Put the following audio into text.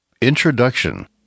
INTRODUCTION